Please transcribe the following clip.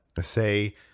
say